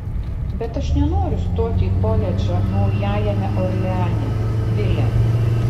bet aš nenoriu stoti į koledžą naujajame orleane vile